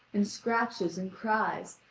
and scratches and cries,